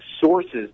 sources